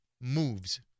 moves